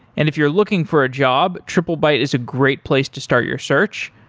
if you're looking for a job, triplebyte is a great place to start your search,